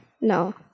No